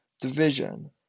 division